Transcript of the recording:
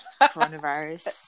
coronavirus